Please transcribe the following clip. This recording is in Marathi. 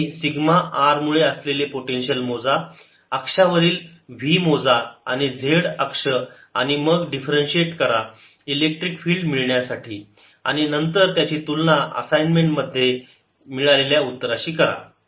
तुम्ही सिग्मा r मुळे असलेले पोटेन्शियल मोजा अक्षा वरील v मोजा z अक्ष आणि मग डिफरन्शिएट करा इलेक्ट्रिक फील्ड मिळवण्यासाठी आणि नंतर त्याची तुलना असाइनमेंट एक मध्ये मिळालेल्या उत्तराशी करा